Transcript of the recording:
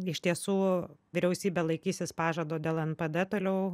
iš tiesų vyriausybė laikysis pažado dėl npd toliau